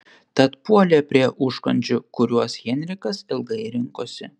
tad puolė prie užkandžių kuriuos henrikas ilgai rinkosi